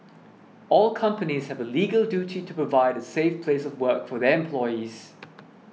all companies have a legal duty to provide a safe place of work for their employees